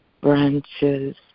branches